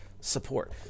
support